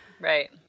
right